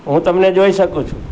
હું તમને જોઈ શકું છું